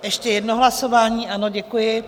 Ještě jedno hlasování, ano, děkuji.